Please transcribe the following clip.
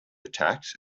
attacks